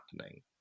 happening